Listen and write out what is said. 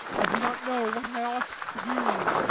i do not know what i ought to do.